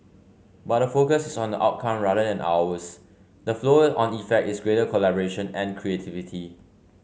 but the focus is on outcome rather than hours the flow on effect is greater collaboration and creativity